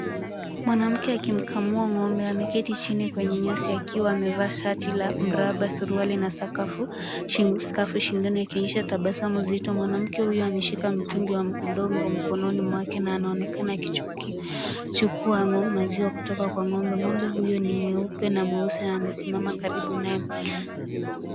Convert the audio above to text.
Mwanamke akimkamua ng'ombe, ameketi chini kwenye nyasi akiwa amevaa shati la muraba, suruari na skafu shingoni akionyesha tabasamu zito. Mwanamke huyu ameshika mtungi wa mdongo mkononi mwake na anaonekana akichukua maziwa kutoka kwa ng'ombe. Ng'ombe huyo ni mweupe na mweusi na amesimama karibu nae.